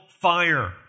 fire